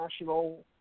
national